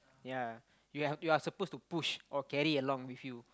yea you've you're supposed to push or carry along with you